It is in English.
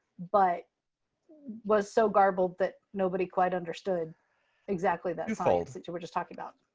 but was so garbled that nobody quite understood exactly that science that you were just talking about.